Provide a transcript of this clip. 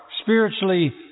spiritually